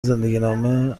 زندگینامه